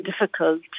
difficult